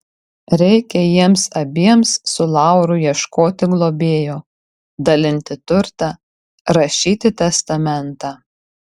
reikia jiems abiems su lauru ieškoti globėjo dalinti turtą rašyti testamentą